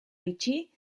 itxi